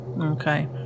Okay